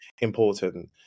important